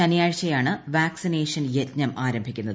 ശനിയാഴ്ചയാണ് വാക്സിനേഷൻ യജ്ഞം ആരംഭിക്കുന്നത്